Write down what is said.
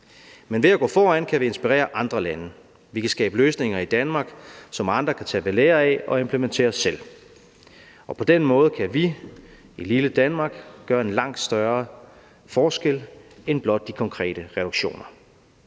men ved at gå foran kan vi inspirere andre lande. Vi kan skabe løsninger i Danmark, som andre kan tage ved lære af og implementere selv, og på den måde kan vi i lille Danmark gøre en langt større forskel end den, de konkrete reduktioner